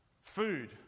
food